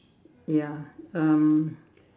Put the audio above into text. ya um